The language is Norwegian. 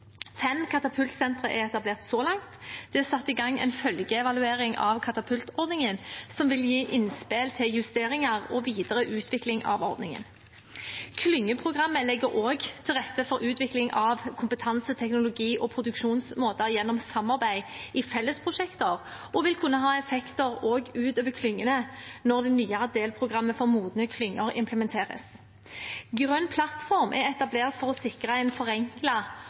Fem katapultsentre er etablert så langt, og det er satt i gang en følgeevaluering av katapultordningen som vil gi innspill til justeringer og videre utvikling av ordningen. Klyngeprogrammet legger også til rette for utvikling av kompetanseteknologi og produksjonsmåter gjennom samarbeid i fellesprosjekter, og vil også kunne ha effekter utover klyngene når det nye delprogrammet for modne klynger implementeres. Grønn plattform er etablert for å sikre en